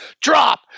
Drop